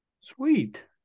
Sweet